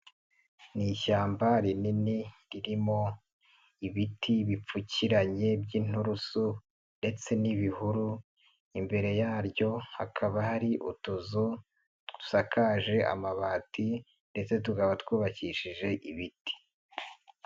Ni ishyamba rinini ririmo ibiti bipfukiranye by'inturusu ndetse n'ibihuru, imbere yaryo hakaba hari utuzu dusakaje amabati, ndetse tukaba twubakishije ibiti.